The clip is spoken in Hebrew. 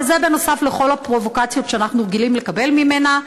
וזה בנוסף לכל הפרובוקציות שאנחנו רגילים לקבל ממנה,